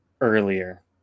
earlier